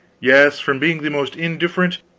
yes from being the most indifferent,